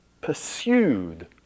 pursued